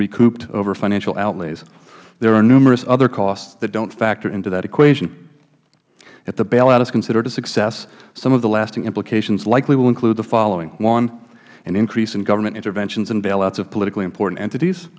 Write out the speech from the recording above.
recouped over financial outlays there are numerous other costs that don't factor into that equation if the bailout is considered a success some of the lasting implications likely will include the following one an increase in government interventions and bailouts of politically important entities